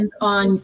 on